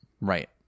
right